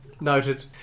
Noted